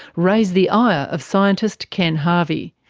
raise the ire of scientist ken harvey.